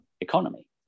economy